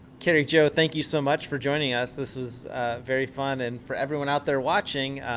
carrie jo, thank you so much for joining us. this was very fun and for everyone out there watching,